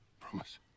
Promise